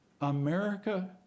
America